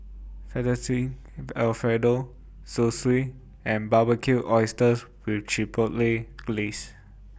Fettuccine Alfredo Zosui and Barbecued Oysters with Chipotle Glaze